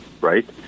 Right